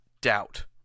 doubt